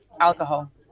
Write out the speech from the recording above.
alcohol